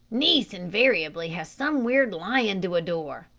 nice invariably has some weird lion to adore.